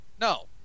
No